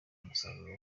umusaruro